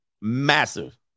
Massive